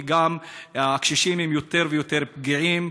הקשישים הם יותר פגיעים,